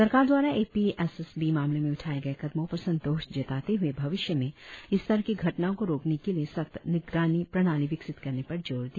सरकार दवारा A P S S B मामले में उठाए गए कदमों पर संतोष जताते हुए भविष्य में इस तरह की घटनाओं को रोकने के लिए सख्त निगरानी प्रणाली विकसित करने पर जोर दिया